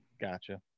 Gotcha